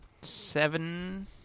seven